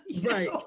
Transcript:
Right